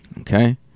okay